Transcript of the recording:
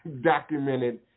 documented